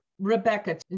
Rebecca